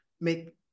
make